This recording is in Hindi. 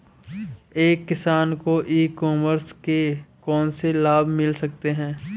एक किसान को ई कॉमर्स के कौनसे लाभ मिल सकते हैं?